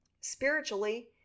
Spiritually